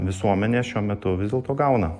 visuomenė šiuo metu vis dėlto gauna